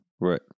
Right